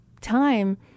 Time